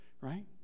Right